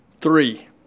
three